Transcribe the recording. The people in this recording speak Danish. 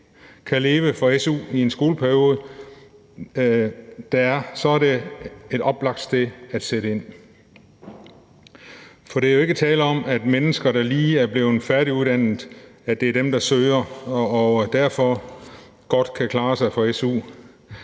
kan leve for en su i den skoleperiode, der er, så er det et oplagt sted at sætte ind. For der er jo ikke tale om, at det er de mennesker, der lige er blevet færdig med skolen, som søger ind og derfor godt kan klare sig for en